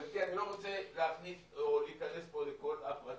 אני לא רוצה להיכנס פה לכול הפרטים,